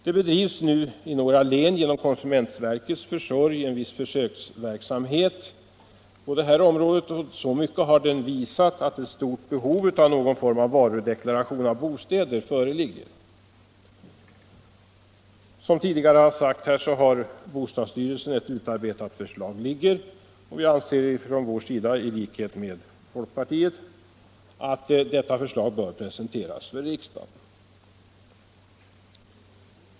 Det bedrivs nu i några län genom konsumentverkets försorg en viss försöksverksamhet på detta område, och så mycket har den visat, att ett stort behov av någon form av varudeklaration av bostäder föreligger. Som tidigare har sagts har bostadsstyrelsen ett utarbetat förslag liggande, och vi anser från vår sida i likhet med folkpartiet att detta förslag bör presenteras för riksdagen.